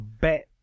Bet